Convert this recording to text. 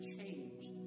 changed